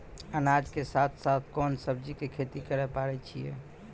अनाज के साथ साथ कोंन सब्जी के खेती करे पारे छियै?